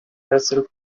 herself